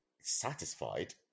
satisfied